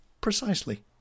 precisely